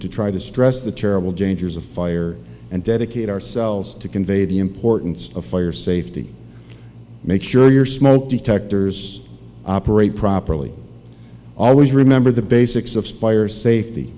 to try to stress the terrible dangers of fire and dedicate ourselves to convey the importance of fire safety make sure your smoke detectors operate properly always remember the basics of spiers safety